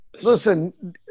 Listen